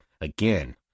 again